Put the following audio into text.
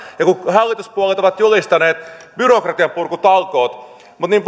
hallituspuolueet ovat julistaneet byrokratian purkutalkoot niin